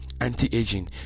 anti-aging